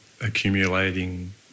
accumulating